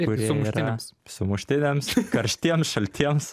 kurie yra sumuštiniams karštiem šaltiems